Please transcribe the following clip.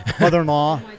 Mother-in-law